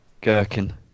Gherkin